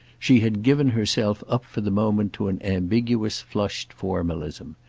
she had given herself up for the moment to an ambiguous flushed formalism.